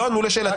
לא ענו לשאלתי.